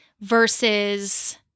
versus